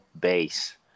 base